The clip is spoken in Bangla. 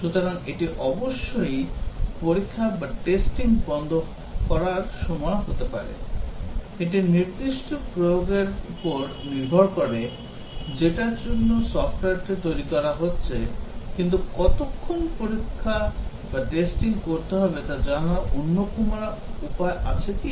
সুতরাং এটি হয়তো অবশ্যই পরীক্ষা বন্ধ করার সময় হতে পারে এটি নির্দিষ্ট প্রয়োগের উপর নির্ভর করে যেটার জন্য সফ্টওয়্যারটি তৈরি করা হচ্ছে কিন্তু কতক্ষণ পরীক্ষা করতে হবে তা জানার অন্য কোন উপায় আছে কি